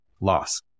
loss